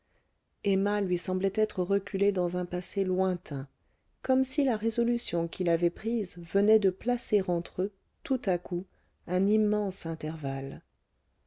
emma lui semblait être reculée dans un passé lointain comme si la résolution qu'il avait prise venait de placer entre eux tout à coup un immense intervalle